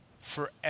forever